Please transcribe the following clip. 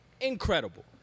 incredible